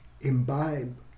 imbibe